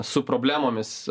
su problemomis